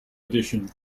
edition